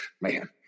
man